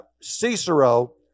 Cicero